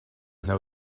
know